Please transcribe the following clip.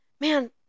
man